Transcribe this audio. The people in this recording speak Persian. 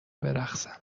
برقصم